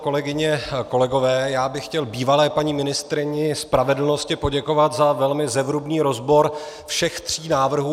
Kolegyně, kolegové, já bych chtěl bývalé paní ministryni spravedlnosti poděkovat za velmi zevrubný rozbor všech tří návrhů.